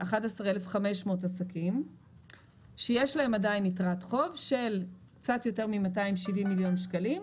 כ-11,500 עסקים שיש להם עדיין יתרת חוב של קצת יותר מ-270 מיליון שקלים.